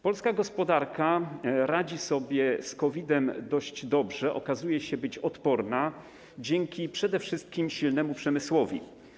Polska gospodarka radzi sobie z COVID-em dość dobrze, okazuje się odporna dzięki przede wszystkim silnemu przemysłowi.